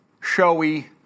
showy